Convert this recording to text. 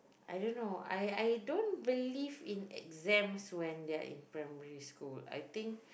I don't know I I don't believe in exams when they are in primary school I think